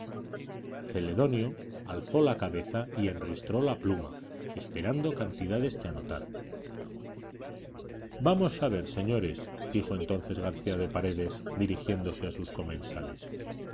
celedonio alzó la cabeza y enristró la pluma esperando cantidades que anotar vamos a ver señores dijo entonces garcía de paredes dirigiéndose a sus comensales